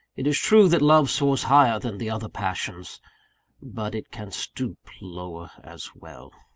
it is true that love soars higher than the other passions but it can stoop lower as well.